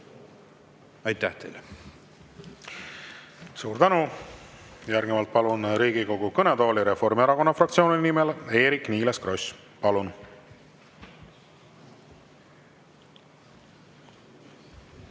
Aitäh teile! Suur tänu! Järgnevalt palun Riigikogu kõnetooli Reformierakonna fraktsiooni nimel Eerik-Niiles Krossi. Kolm